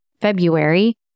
February